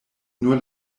nur